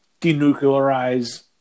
denuclearize